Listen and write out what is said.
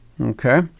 okay